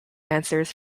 answers